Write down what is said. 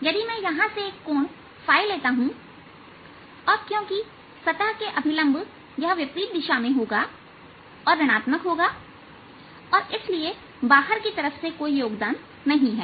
यदि मैं यहां से एक कोण लेता हूं और क्योंकि सतह के अभिलंब यह विपरीत दिशा में होगा और ऋण आत्मक होगा और इसलिए बाहर की तरफ से कोई योगदान नहीं है